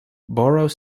borough